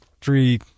three